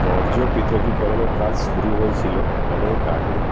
বর্জ্য পৃথকীকরণের কাজ শুরু হয়েছিল অনেক আগে